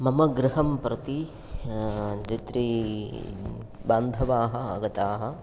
मम गृहं प्रति द्वित्रिबान्धवाः आगताः